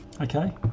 Okay